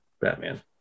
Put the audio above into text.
Batman